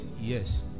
yes